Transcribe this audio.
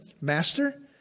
Master